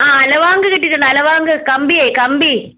ആ അലവാങ്ക് കിട്ടിയിട്ടുണ്ട് അലവാങ്ക് കമ്പിയേ കമ്പി